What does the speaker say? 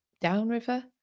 downriver